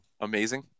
amazing